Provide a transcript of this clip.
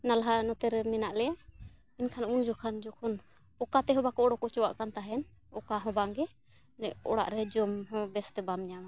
ᱱᱟᱞᱦᱟ ᱱᱚᱛᱮ ᱨᱮ ᱢᱮᱱᱟᱜ ᱞᱮᱭᱟ ᱮᱱᱠᱷᱟᱱ ᱩᱱ ᱡᱚᱠᱷᱚᱱ ᱡᱚᱠᱷᱚᱱ ᱚᱠᱟ ᱛᱮᱦᱚᱸ ᱵᱟᱠᱚ ᱳᱰᱳᱠ ᱪᱚᱪᱚᱣᱟᱜ ᱠᱟᱱ ᱛᱟᱦᱮᱱ ᱚᱠᱟ ᱦᱚᱸ ᱵᱟᱝᱜᱮ ᱚᱱᱮ ᱚᱲᱟᱜ ᱨᱮ ᱡᱚᱢ ᱦᱚᱸ ᱵᱮᱥ ᱛᱮ ᱵᱟᱢ ᱧᱟᱢᱟ